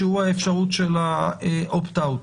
שהוא האפשרות של ה"אופט-אאוט",